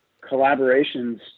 collaborations